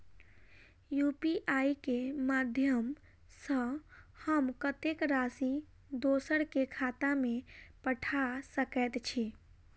UPI केँ माध्यम सँ हम कत्तेक राशि दोसर केँ खाता मे पठा सकैत छी?